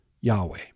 Yahweh